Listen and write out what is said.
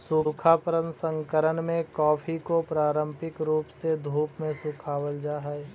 सूखा प्रसंकरण में कॉफी को पारंपरिक रूप से धूप में सुखावाल जा हई